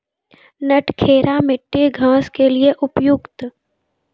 नटखेरा मिट्टी घास के लिए उपयुक्त?